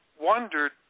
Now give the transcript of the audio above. wondered